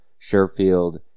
Sherfield